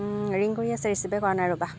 ring কৰি আছে ৰিচিভে কৰা নাই ৰ'বা